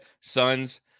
Sons